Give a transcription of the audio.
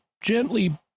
gently